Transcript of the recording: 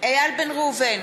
איל בן ראובן,